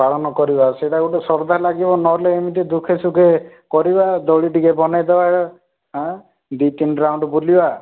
ପାଳନ କରିବା ସେଇଟା ଗୋଟେ ଶ୍ରଦ୍ଧା ଲାଗିବ ନହେଲେ ଏମିତି ଦୁଃଖେ ସୁଖେ କରିବା ଦୋଳି ଟିକିଏ ବନେଇଦେବା ହେଲେ ଆଁ ଦୁଇ ତିନି ରାଉଣ୍ଡ୍ ବୁଲିବା